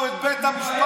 אתם אשמים,